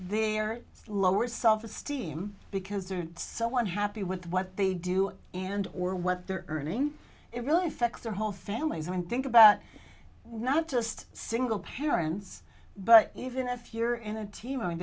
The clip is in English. there lower self esteem because someone happy with what they do and or what they're earning it really affects their whole families i mean think about not just single parents but even if you're in a team